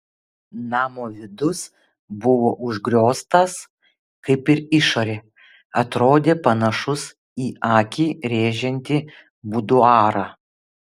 namo vidus buvo užgrioztas kaip ir išorė atrodė panašus į akį rėžiantį buduarą